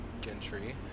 Gentry